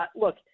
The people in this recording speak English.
look